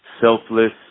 selfless